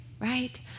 right